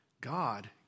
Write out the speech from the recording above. God